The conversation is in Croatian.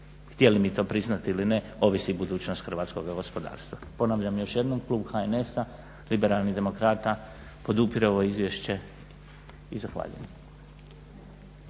htjeli mi to priznati ili ne ovisi budućnost hrvatskog gospodarstva. Ponavljam još jednom, klub HNS-a Liberalnih demokrata podupire ovo izvješće i zahvaljujem.